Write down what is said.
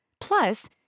Plus